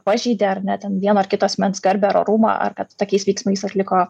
pažeidė ar ne ten vieno ar kito asmens garbę ar orumą ar kad tokiais veiksmais atliko